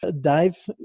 dive